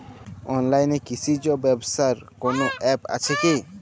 অনলাইনে কৃষিজ ব্যবসার কোন আ্যপ আছে কি?